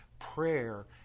Prayer